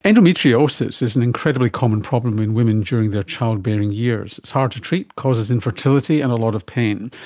endometriosis is an incredibly common problem in women during their childbearing years. it's hard to treat, causes infertility and a lot of pain.